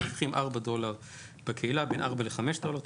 מרוויחים בין 4 ל-5 דולר בקהילה,